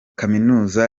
kaminuza